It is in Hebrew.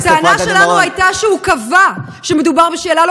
הטענה שלנו הייתה שהוא קבע שמדובר בשאלה לא